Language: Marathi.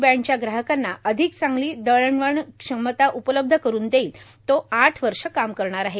बँडच्या ग्राहकांना अधिक चांगली दळणवळण क्षमता उपलब्ध करुन देईल तो आठ वर्षे काम करेल